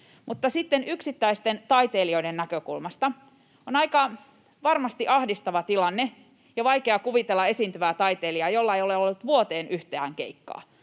Mutta yksittäisten taiteilijoiden näkökulmasta on aika varmasti ahdistava tilanne ja vaikea kuvitella esiintyvää taiteilijaa, jolla ei ole ollut vuoteen yhtään keikkaa,